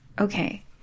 Okay